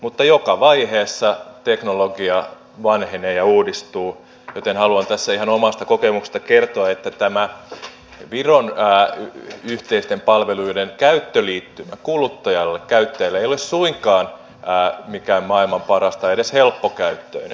mutta joka vaiheessa teknologia vanhenee ja uudistuu joten haluan tässä ihan omasta kokemuksesta kertoa että tämä viron yhteisten palveluiden käyttöliittymä kuluttajalle käyttäjälle ei ole suinkaan mikään maailman paras tai edes helppokäyttöinen